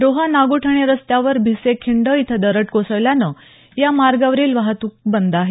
रोहा नागोठणे रस्त्यावर भिसे खिंड इथं दरड कोसळल्यानं या मार्गावरील वाहतूक बंद आहे